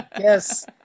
yes